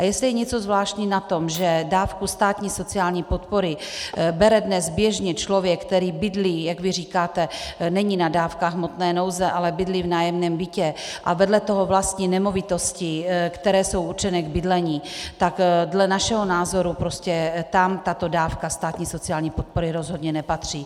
Jestli je něco zvláštního na tom, že dávku státní sociální podpory bere dnes běžně člověk, který bydlí, jak vy říkáte, není na dávkách hmotné nouze, ale bydlí v nájemním bytě a vedle toho vlastní nemovitosti, které jsou určené k bydlení, tak dle našeho názoru tam tato dávka státní sociální podpory rozhodně nepatří.